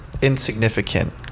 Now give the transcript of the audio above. Insignificant